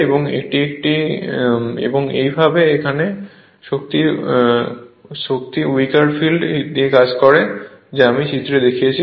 এবং এই এবং এই ভাবে শক্তি উইকার ফিল্ড দিকে কাজ করে যা আমি চিত্রে দেখিয়েছি